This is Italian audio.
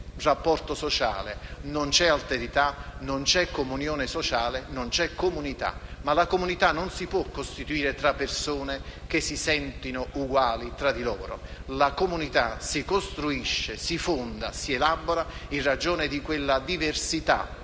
rapporto sociale, non c'è alterità, non c'è comunione sociale, non c'è comunità. E la comunità non si può costituire tra persone che si sentono uguali tra loro: la comunità si costruisce, si fonda e si elabora in ragione di quella diversità